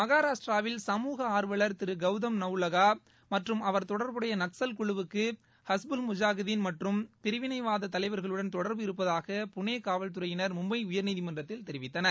மகாராஷ்டிராவில் சமுக ஆர்வலர் திரு கவுதம் நவுலகா மற்றும் அவர் தொடர்புடைய நக்ஸல் குழுவுக்கு ஹஸ்புல் முஜாகீதின் மற்றும் பிரிவினைவாத தலைவர்களுடன் தொடர்பு இருந்ததாக புனே காவல்துறையினர் மும்பை உயர்நீதிமன்றத்தில் தெரிவித்தனர்